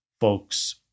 folks